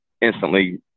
instantly